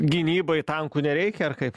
gynybai tankų nereikia ar kaip